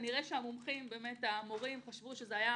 כנראה שהמומחים, כנראה שהמורים חשבו שזה היה